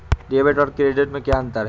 Debit और credit में क्या अंतर है?